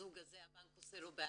הזוג הזה הבנק עושה לו בעיה,